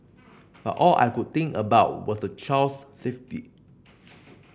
but all I could think about was the child's safety